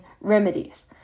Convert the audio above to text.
remedies